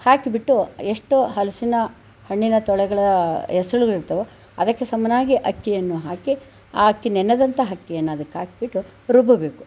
ಹಾಕಿಬಿಟ್ಟು ಎಷ್ಟು ಹಲಸಿನ ಹಣ್ಣಿನ ತೊಳೆಗಳ ಎಸಳುಗಳಿರುತ್ತವೊ ಅದಕ್ಕೆ ಸಮನಾಗಿ ಅಕ್ಕಿಯನ್ನು ಹಾಕಿ ಆ ಅಕ್ಕಿ ನೆನೆದಂಥ ಅಕ್ಕಿಯನ್ನು ಹಾಕಿಬಿಟ್ಟು ರುಬ್ಬಬೇಕು